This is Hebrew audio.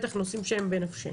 בטח נושאים שהם בנפשנו.